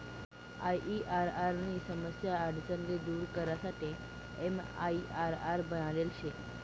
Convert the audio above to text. IRR नी समस्या आडचण ले दूर करासाठे एमआईआरआर बनाडेल शे